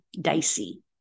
dicey